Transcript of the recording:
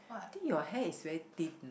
I think your hair is very thin